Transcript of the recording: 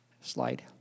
slide